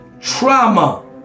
trauma